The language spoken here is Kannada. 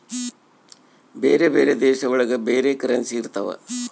ಬೇರೆ ಬೇರೆ ದೇಶ ಒಳಗ ಬೇರೆ ಕರೆನ್ಸಿ ಇರ್ತವ